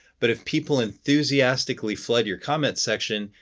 but if people enthusiastically flood your comments section,